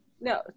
No